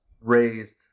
raised